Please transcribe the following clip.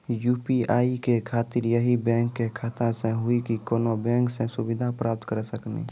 UPI के खातिर यही बैंक के खाता से हुई की कोनो बैंक से सुविधा प्राप्त करऽ सकनी?